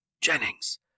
Jennings